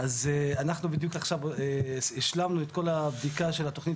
אז אנחנו בדיוק עכשיו השלמנו את כל הבדיקה של התכנית